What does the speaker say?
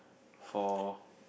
for